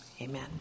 amen